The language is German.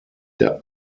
der